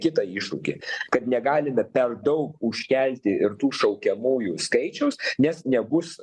kitą iššūkį kad negalime per daug užkelti ir tų šaukiamųjų skaičiaus nes nebus